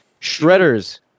Shredders